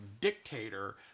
dictator